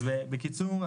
בקיצור,